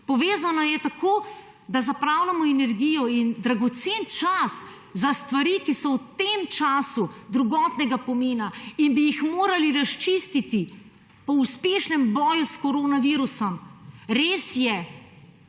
Povezano je tako, da zapravljamo energijo in dragocen čas za stvari, ki so v tem času drugotnega pomena in bi jih morali razčistiti po uspešnem boju s koronavirusom. Res je,